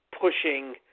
pushing